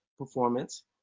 Performance